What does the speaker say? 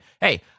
hey